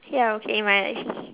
ya okay my license